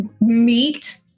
meat